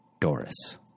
Doris